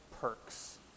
perks